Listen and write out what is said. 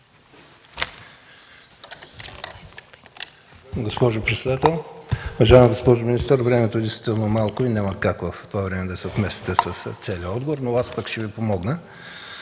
Госпожо председател! Уважаема госпожо министър, времето действително е малко и няма как в това време да се вместите с целия отговор, но аз пък ще Ви помогна